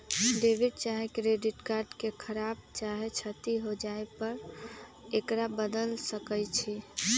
debit चाहे credit card के खराप चाहे क्षति हो जाय पर एकरा बदल सकइ छी